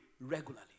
regularly